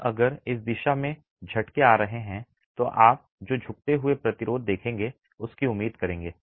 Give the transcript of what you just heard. और अगर इस दिशा में झटके आ रहे हैं तो आप जो झुकते हुए प्रतिरोध देखेंगे उसकी उम्मीद करेंगे